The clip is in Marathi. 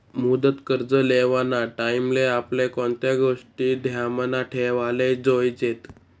मुदत कर्ज लेवाना टाईमले आपले कोणत्या गोष्टी ध्यानमा ठेवाले जोयजेत